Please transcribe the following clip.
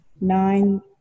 Nine